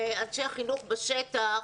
אנשי החינוך בשטח,